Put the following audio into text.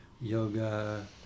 yoga